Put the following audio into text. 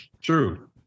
true